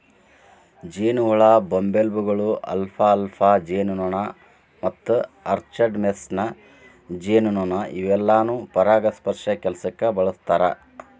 ಜೇನಹುಳ, ಬಂಬಲ್ಬೇಗಳು, ಅಲ್ಫಾಲ್ಫಾ ಜೇನುನೊಣ ಮತ್ತು ಆರ್ಚರ್ಡ್ ಮೇಸನ್ ಜೇನುನೊಣ ಇವೆಲ್ಲಾನು ಪರಾಗಸ್ಪರ್ಶ ಕೆಲ್ಸಕ್ಕ ಬಳಸ್ತಾರ